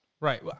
Right